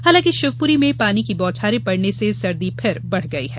हालांकि शिवपुरी में पानी की बौछारें पड़ने से सर्दी फिर बढ़ गई है